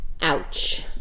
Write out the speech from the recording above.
Ouch